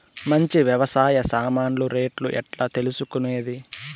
మంచి వ్యవసాయ సామాన్లు రేట్లు ఎట్లా తెలుసుకునేది?